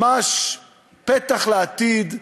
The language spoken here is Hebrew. ממש פתח לעתיד.